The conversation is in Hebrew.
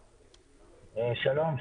שלום.